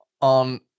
on